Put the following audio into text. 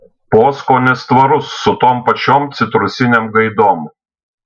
poskonis tvarus su tom pačiom citrusinėm gaidom